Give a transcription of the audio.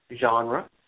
genre